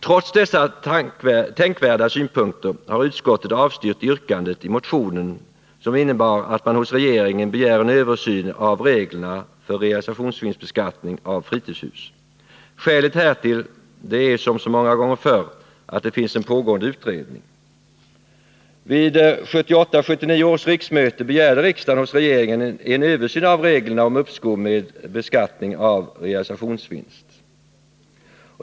Trots dessa tänkvärda synpunkter har utskottet avstyrkt yrkandet i motionen, som innebar att riksdagen hos regeringen skulle begära en översyn av reglerna för realisationsvinstbeskattning av fritidshus. Skälet härtill är, som så många gånger förr, att det finns en pågående utredning. Vid 1978/79 års riksmöte begärde riksdagen hos regeringen en översyn av reglerna om uppskov med beskattning av realisationsvinst.